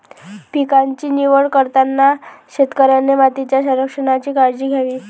पिकांची निवड करताना शेतकऱ्याने मातीच्या संरक्षणाची काळजी घ्यावी